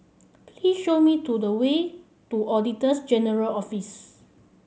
please show me to the way to Auditor's General Office